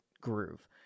groove